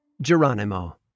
Geronimo